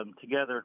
together